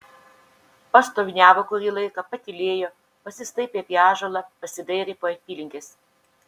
pastoviniavo kurį laiką patylėjo pasistaipė apie ąžuolą pasidairė po apylinkes